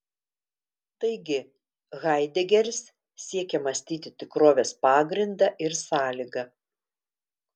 taigi haidegeris siekia mąstyti tikrovės pagrindą ir sąlygą